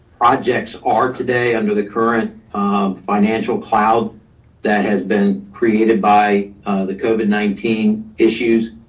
projects are today under the current um financial cloud that has been created by the covid nineteen issues.